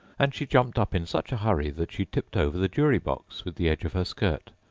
and she jumped up in such a hurry that she tipped over the jury-box with the edge of her skirt,